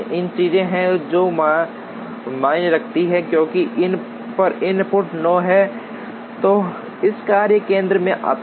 कई चीजें हैं जो मायने रखती हैं क्योंकि इस पर इनपुट 9 है जो इस कार्य केंद्र से आता है